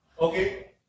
okay